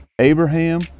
Abraham